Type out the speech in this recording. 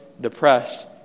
depressed